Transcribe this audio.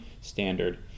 standard